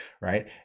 right